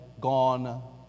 gone